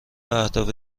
اهداف